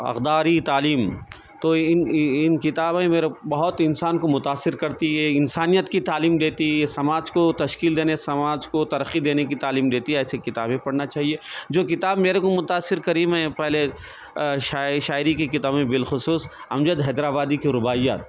اقداری تعلیم تو ان ان کتابیں میرے بہت انسان کو متاثر کرتی یہ انسانیت کی تعلیم دیتی یہ سماج کو تشکیل دینے سماج کو ترقی دینے کی تعلیم دیتی ہے ایسی کتابیں پڑھنا چاہیے جو کتاب میرے کو متاثر کری میں پہلے شائع شاعری کی کتابیں بالخصوص امجد حیدرآبادی کی رباعیات